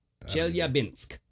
Chelyabinsk